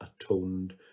atoned